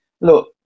look